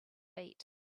feet